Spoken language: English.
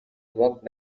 walked